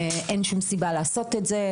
אין שום סיבה לעשות את זה.